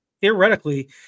theoretically